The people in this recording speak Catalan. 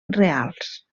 reals